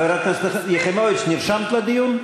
חברת הכנסת יחימוביץ, נרשמת לדיון?